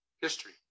history